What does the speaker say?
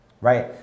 right